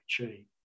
achieve